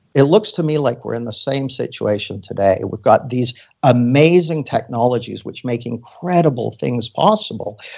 it looks to me like we're in the same situation today. we've got these amazing technologies, which make incredible things possible.